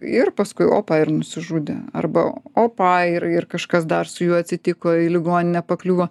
ir paskui opa ir nusižudė arba opa ir ir kažkas dar su juo atsitiko į ligoninę pakliuvo